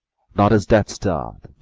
not as death's dart,